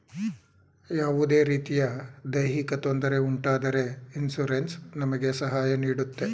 ಯಾವುದೇ ರೀತಿಯ ದೈಹಿಕ ತೊಂದರೆ ಉಂಟಾದರೆ ಇನ್ಸೂರೆನ್ಸ್ ನಮಗೆ ಸಹಾಯ ನೀಡುತ್ತೆ